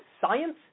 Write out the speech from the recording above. science